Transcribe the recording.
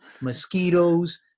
mosquitoes